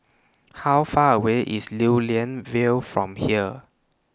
How Far away IS Lew Lian Vale from here